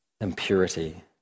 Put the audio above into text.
impurity